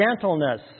gentleness